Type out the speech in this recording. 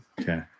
Okay